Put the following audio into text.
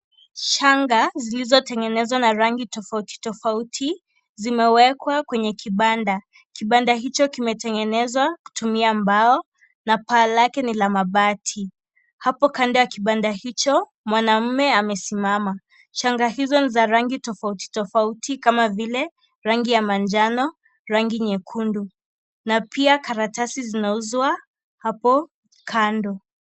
Shanga zilizo tengenezwa na rangi tofauti tofauti zimewekwa kwenye kibanda . Kibanda hicho kimetengenezwa kutumia mbao na paa lake ni la mabati . Hapo kando ya kibanda hicho mwanaume amesimama, shanga hizo ni za rangi tofauti tofauti kama vile rangi ya manjano , rangi nyekundu na pia karatasi zinauzwa hapo kando.